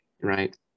right